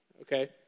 Okay